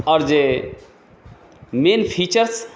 आओर जे main features